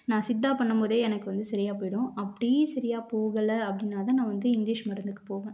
நான் சித்தா பண்ணும்போதே எனக்கு வந்து சரியாக போயிவிடும் அப்டியி சரியாக போகலை அப்படின்னாதான் நான் வந்து இங்கிலீஷ் மருந்துக்கு போவேன்